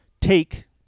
take